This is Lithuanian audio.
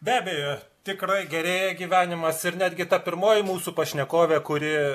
be abejo tikrai gerėja gyvenimas ir netgi ta pirmoji mūsų pašnekovė kuri